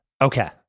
Okay